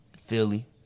Philly